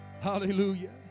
Hallelujah